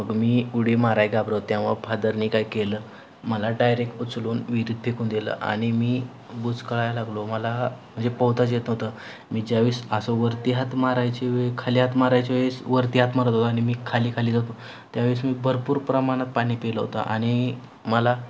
मग मी उडी मारायला घाबरलो तेव्हा फादरनी काय केलं मला डायरेक्ट उचलून विहिरीत पेकून दिलं आणि मी बुजकळायला लागलो मला म्हणजे पोहताच येत नव्हतं मी ज्या वेळेस असं वरती हात मारायचे वेळी खाली हात मारायच्या वेळेस वरती हात मारत होतं आणि मी खाली खाली जातो त्या वेळेस मी भरपूर प्रमाणात पाणी पिलं होतं आणि मला